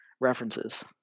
references